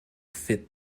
fit